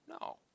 No